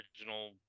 original